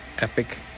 epic